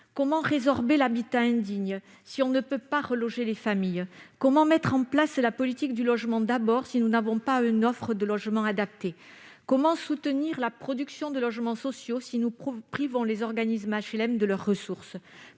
Comment résorber l'habitat indigne si l'on ne peut pas reloger les familles ? Comment mettre en place le plan Logement d'abord si nous ne disposons pas d'une offre de logements adaptés ? Comment soutenir la production de logements sociaux si nous privons les organismes HLM de leurs ressources ?